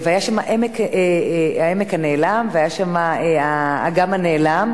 היה שם העמק הנעלם והיה שם האגם הנעלם,